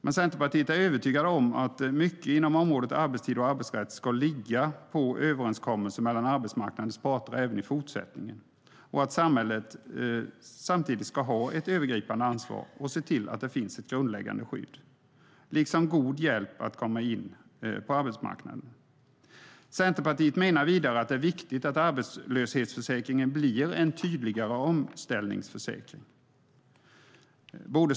Men Centerpartiet är övertygat om att mycket inom området arbetstider och arbetsrätt ska ligga på överenskommelser mellan arbetsmarknadens parter även i fortsättningen och att samhället samtidigt ska ha ett övergripande ansvar och se till att det finns ett grundläggande skydd, liksom god hjälp att komma in på arbetsmarknaden. Centerpartiet menar vidare att det är viktigt att arbetslöshetsförsäkringen blir en tydligare omställningsförsäkring.